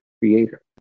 creator